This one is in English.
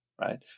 right